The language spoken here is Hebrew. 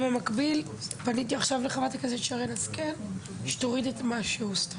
במקביל פניתי עכשיו לחברת הכנסת שרן השכל שתוריד ---.